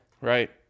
right